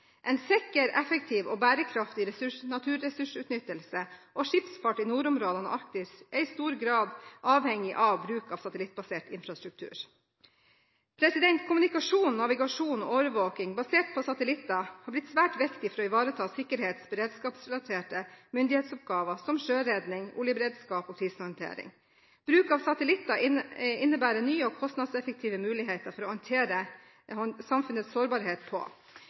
En sikker, effektiv og bærekraftig naturressursutnyttelse og skipsfart i nordområdene og Arktis er i stor grad avhengig av bruk av satellittbasert infrastruktur. Kommunikasjon, navigasjon og overvåking basert på satellitter har blitt svært viktig for å ivareta sikkerhetsrelaterte og beredskapsrelaterte myndighetsoppgaver som sjøredning, oljeberedskap og krisehåndtering. Bruk av satellitter innebærer nye og kostnadseffektive muligheter for å håndtere samfunnets sårbarhet.